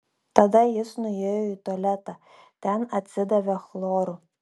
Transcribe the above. tada jis nuėjo į tualetą ten atsidavė chloru